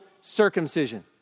circumcision